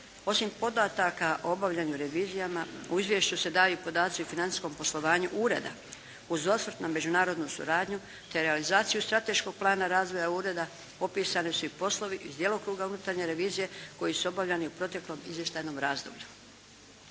Osim podataka o obavljenim revizijama u izvješću se daju i podaci o financijskom poslovanju ureda uz osvrt na međunarodnu suradnju te realizaciju strateškog plana razvoja ureda, popisani su i poslovi iz djelokruga unutarnje revizije koji su obavljani u proteklom izvještajnom razdoblju.